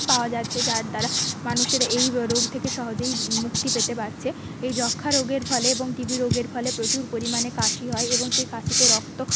পাওয়া যাচ্ছে যার দ্বারা মানুষের এই রোগ থেকে সহজেই মুক্তি পেতে পারছে এই যক্ষ্মা রোগের ফলে এবং টিবি রোগের ফলে প্রচুর পরিমাণে কাশি হয় এবং সে কাশিতে রক্ত